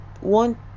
one